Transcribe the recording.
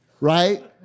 Right